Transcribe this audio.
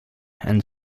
and